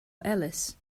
alice